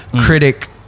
critic